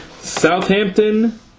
Southampton